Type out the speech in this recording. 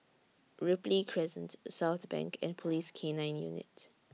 Ripley Crescent Southbank and Police K nine Unit